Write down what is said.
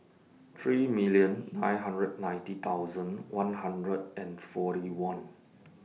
three million nine hundred ninety thousand one hundred and forty one